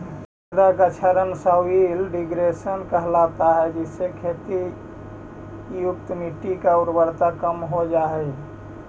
मृदा का क्षरण सॉइल डिग्रेडेशन कहलाता है जिससे खेती युक्त मिट्टी की उर्वरता कम हो जा हई